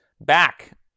back